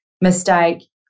mistake